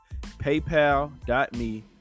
Paypal.me